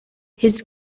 his